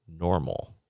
normal